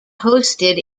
hosted